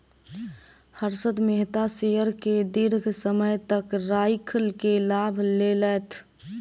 Harshad Mehta share के दीर्घ समय तक राइख के लाभ लेलैथ